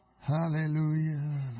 hallelujah